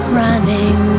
running